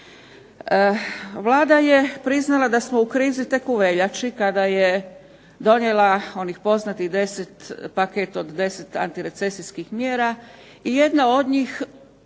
Vlada je priznala da smo u krizi tek u veljači kada je donijela onih poznatih 10, paket od 10 antirecesijskih mjera i jedna od njih